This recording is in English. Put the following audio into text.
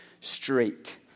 straight